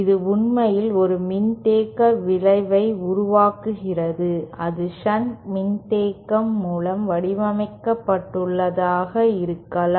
இது உண்மையில் ஒரு மின்தேக்க விளைவை உருவாக்குகிறது அது ஷன்ட் மின்தேக்கம் மூலம் வடிவமைக்கப்பட்டுள்ளததாக இருக்கலாம்